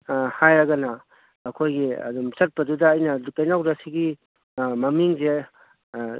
ꯍꯥꯏꯔꯒꯅ ꯑꯩꯈꯣꯏꯒꯤ ꯑꯗꯨꯝ ꯆꯠꯄꯗꯨꯗ ꯑꯩꯅ ꯀꯩꯅꯧꯗ ꯁꯤꯒꯤ ꯃꯃꯤꯡꯁꯦ